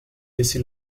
laissé